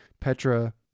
Petra